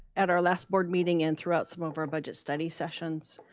at our last board meeting, and throughout some of our budget study sessions,